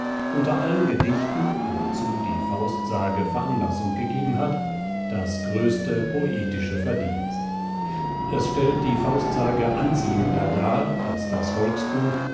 unter allen gedichten wozu die faustsage veranlaßung gegeben hat das gröste poetische verdienst es stellt die faustsage anziehender dar als das volksbuch